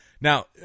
now